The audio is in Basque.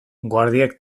guardiek